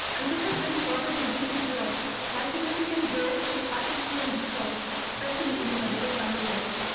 um this has been furthered in recent years by significant growth in faculty and research, especially in the medical sciences.